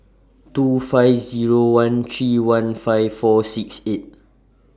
two five Zero one three one five four six eight